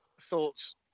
thoughts